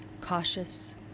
cautious